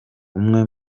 umwe